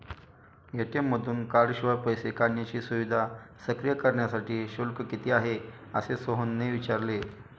ATM मधून कार्डशिवाय पैसे काढण्याची सुविधा सक्रिय करण्यासाठी शुल्क किती आहे, असे सोहनने विचारले